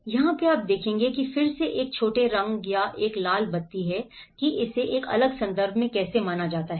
तो यह वह जगह है जहां फिर से एक छोटा रंग या एक लाल बत्ती है कि इसे एक अलग संदर्भ में कैसे माना जाता है